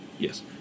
Yes